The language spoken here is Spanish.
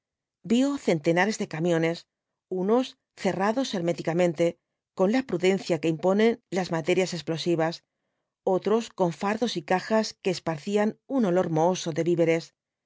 vio centenares de camiones unos cerrados herméticamente con la prudencia que imponen las materias explosivas otros con fardos y cajas que esparcían un olor mohoso de víveres